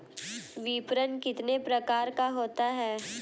विपणन कितने प्रकार का होता है?